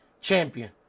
champion